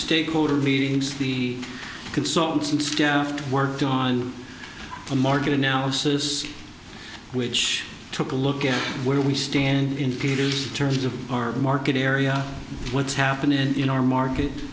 stakeholder meetings the consultants and staff worked on a market analysis which took a look at where we stand in peter's terms of our market area what's happening in our market